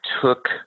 took